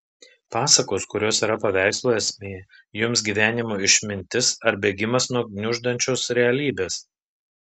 pasakos kurios yra paveikslų esmė jums gyvenimo išmintis ar bėgimas nuo gniuždančios realybės